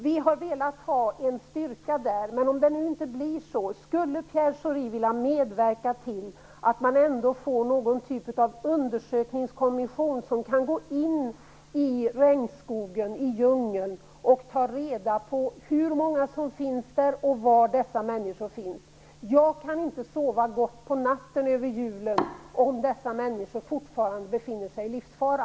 Vi har velat ha en styrka där, men om det nu inte blir så, skulle Pierre Schori då vilja medverka till att man ändå får någon typ av undersökningskommission som kan gå in i regnskogen och i djungeln och ta reda på hur många som finns där och var dessa människor finns? Jag kan inte sova gott på natten över julen om dessa människor fortfarande befinner sig i livsfara.